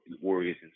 warriors